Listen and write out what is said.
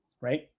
right